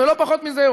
ולא פחות מזה,